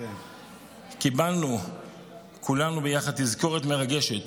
קיבלנו כולנו ביחד תזכורת מרגשת